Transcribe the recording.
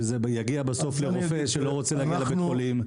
וזה יגיע בסוף לרופא שלא רוצה להגיע לבית-החולים,